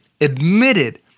admitted